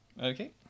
Okay